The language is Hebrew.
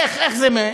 איך, איך זה?